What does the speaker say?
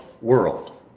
world